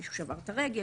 מישהו שבר את הרגל,